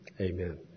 Amen